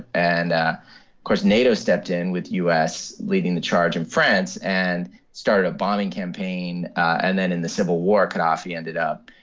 and ah course, nato stepped in with u s. leading the charge in france france and started a bombing campaign. and then in the civil war, gadhafi ended up,